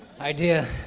idea